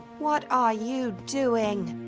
what are you doing?